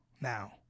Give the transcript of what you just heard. now